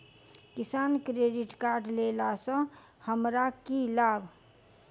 किसान credit card लेला सऽ हमरा की लाभ?